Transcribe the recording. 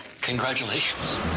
Congratulations